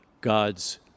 God's